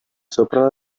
sopra